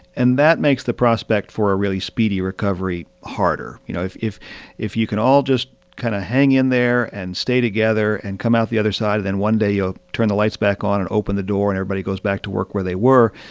and that makes the prospect for a really speedy recovery harder you know, if if you can all just kind of hang in there and stay together and come out the other side, then one day you'll turn the lights back on and open the door and everybody goes back to work where they were.